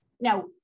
now